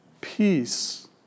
Peace